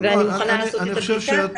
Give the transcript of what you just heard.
ואני מוכנה לעשות את הבדיקה.